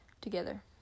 together